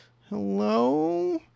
hello